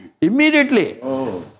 Immediately